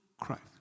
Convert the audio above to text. Christ